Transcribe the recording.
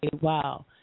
wow